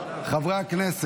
יש נאום בכורה כאן?